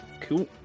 Cool